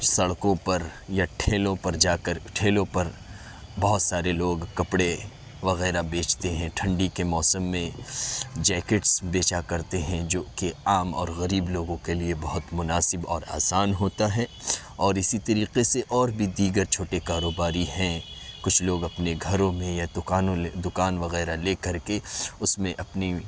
سڑکوں پر یا ٹھیلوں پر جا کر ٹھیلوں پر بہت سارے لوگ کپڑے وغیرہ بیچتے ہیں ٹھنڈی کے موسم میں جیکٹس بیچا کرتے ہیں جو کہ عام اور غریب لوگوں کے لیے بہت مناسب اور آسان ہوتا ہے اور اسی طریقے سے اور بھی دیگر چھوٹے کاروباری ہیں کچھ لوگ اپنے گھروں میں یا دکانوں لے دکان وغیرہ لے کر کے اس میں اپنی